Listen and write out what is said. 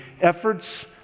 efforts